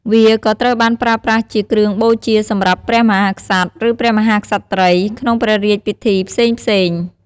វាក៏ត្រូវបានប្រើប្រាស់ជាគ្រឿងបូជាសម្រាប់ ព្រះមហាក្សត្រ ឬ ព្រះមហាក្សត្រី ក្នុងព្រះរាជពិធីផ្សេងៗ។